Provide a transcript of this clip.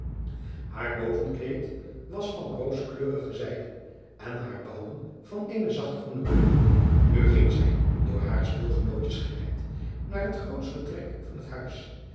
aar bovenkleed was van rooskleurige zijde en haar bouwen van eene zachte groene kleur u ging zij door hare speelgenootjes geleid naar het grootst vertrek van het huis